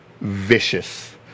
vicious